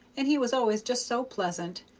and he was always just so pleasant,